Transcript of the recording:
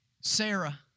Sarah